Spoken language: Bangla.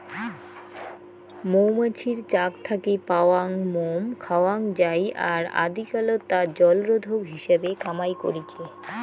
মৌমাছির চাক থাকি পাওয়াং মোম খাওয়াং যাই আর আদিকালত তা জলরোধক হিসাবে কামাই করিচে